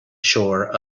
shore